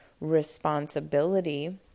responsibility